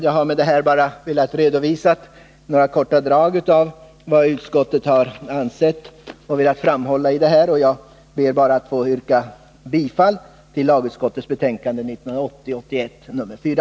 Jag har med detta bara i korta drag velat redovisa vad utskottet har anfört i det här ärendet, och jag ber att få yrka bifall till lagutskottets hemställan i betänkandet 1980/81:4.